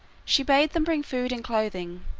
she bade them bring food and clothing,